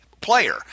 player